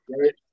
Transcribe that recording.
right